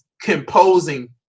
composing